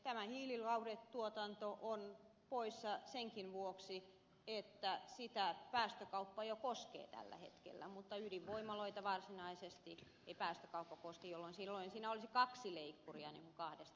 tämä hiililauhdetuotanto on poissa senkin vuoksi että sitä päästökauppa jo koskee tällä hetkellä mutta ydinvoimaloita päästökauppa ei varsinaisesti koske silloin siinä olisi kaksi leikkuria leikkurit kahdesta suunnasta